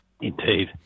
Indeed